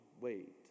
wait